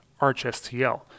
archstl